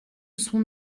son